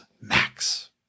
Max